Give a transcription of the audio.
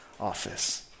office